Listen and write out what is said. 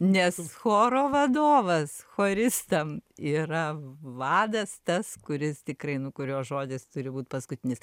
nes choro vadovas choristam yra vadas tas kuris tikrai nu kurio žodis turi būt paskutinis